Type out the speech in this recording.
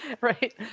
Right